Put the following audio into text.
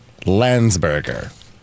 Landsberger